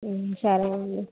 సరే అండి